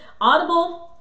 Audible